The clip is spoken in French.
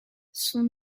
son